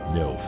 no